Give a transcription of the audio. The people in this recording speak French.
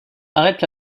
arrête